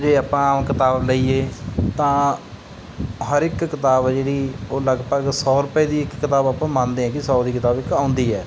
ਜੇ ਆਪਾਂ ਆਮ ਕਿਤਾਬ ਲਈਏ ਤਾਂ ਹਰ ਇੱਕ ਕਿਤਾਬ ਆ ਜਿਹੜੀ ਉਹ ਲਗਭਗ ਸੌ ਰੁਪਏ ਦੀ ਇੱਕ ਕਿਤਾਬ ਆਪਾਂ ਮੰਨਦੇ ਹਾਂ ਕਿ ਸੌ ਦੀ ਕਿਤਾਬ ਇੱਕ ਆਉਂਦੀ ਹੈ